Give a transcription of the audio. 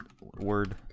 word